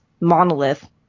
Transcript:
monolith